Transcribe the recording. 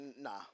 nah